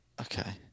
okay